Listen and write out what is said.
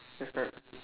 that's correct